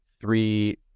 three